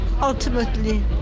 Ultimately